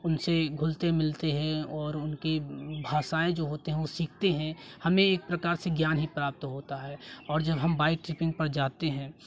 उनसे घुलते मिलते हैं और उनकी भाषाएँ जो होती है सीखते हैं हमें एक प्रकार से ज्ञान ही प्राप्त होता है और जब हम बाइक ट्रिपिंग पर जाते हैं